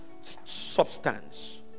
substance